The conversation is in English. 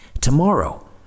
Tomorrow